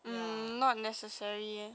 ya